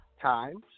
times